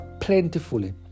plentifully